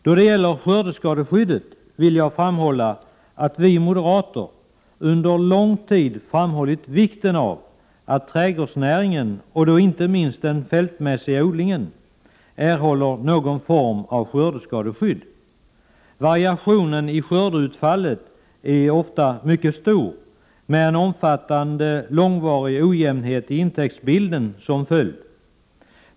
Då det gäller skördeskadeskyddet vill jag framhålla att vi moderater under lång tid har framhållit vikten av att trädgårdsnäringen — och då inte minst den fältmässiga odlingen — erhåller någon form av skördeskadeskydd. Variationen i skördeutfallet är ofta mycket stor med en omfattande och långvarig ojämnhet i intäktsbilden som följd.